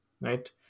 right